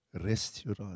restaurant